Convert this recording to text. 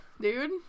dude